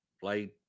play